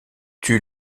tue